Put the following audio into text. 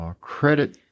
Credit